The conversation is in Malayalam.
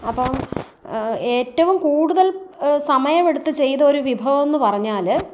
അപ്പം ഏറ്റവും കൂടുതൽ സമയമെടുത്ത് ചെയ്ത ഒരു വിഭവം എന്ന് പറഞ്ഞാൽ